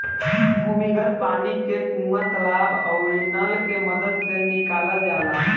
भूमिगत पानी के कुआं, तालाब आउरी नल के मदद से निकालल जाला